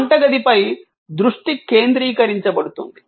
వంటగది ఫై దృష్టి కేంద్రీకరించబడుతుంది